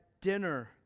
dinner